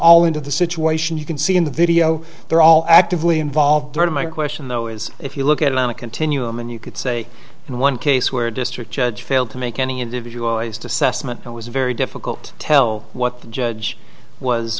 all into the situation you can see in the video they're all actively involved my question though is if you look at it on a continuum and you could say in one case where district judge failed to make any individual choice to sussman it was very difficult to tell what the judge was